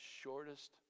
shortest